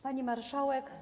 Pani Marszałek!